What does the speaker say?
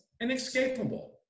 inescapable